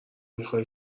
میخای